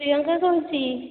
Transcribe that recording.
ପ୍ରିୟଙ୍କା କହୁଛି